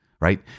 right